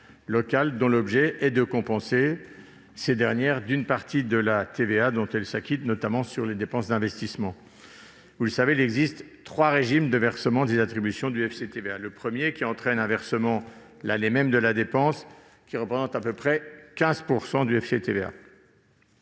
dont l'objet est de compenser ces dernières d'une partie de la TVA dont elles s'acquittent, notamment sur les dépenses d'investissement. Vous le savez, il existe trois régimes de versement des attributions du FCTVA : le premier, qui entraîne un versement l'année même de la dépense, représente à peu près 15 % du FCTVA